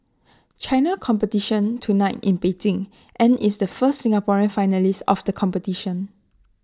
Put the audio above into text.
China competition tonight in Beijing and is the first Singaporean finalist of the competition